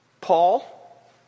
Paul